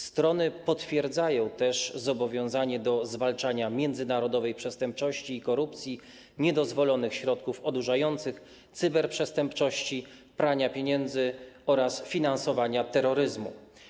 Strony potwierdzają też zobowiązanie do zwalczania międzynarodowej przestępczości i korupcji, niedozwolonych środków odurzających, cyberprzestępczości, prania pieniędzy oraz finansowania terroryzmu.